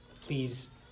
Please